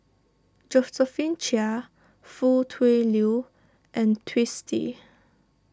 Josephine Chia Foo Tui Liew and Twisstii